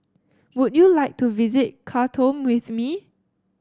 would you like to visit Khartoum with me